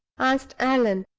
asked allan.